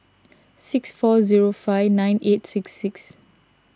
six four zero five nine eight six six